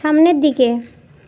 সামনের দিকে